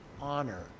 honor